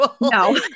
No